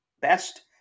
best